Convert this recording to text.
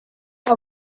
abo